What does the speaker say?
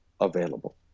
available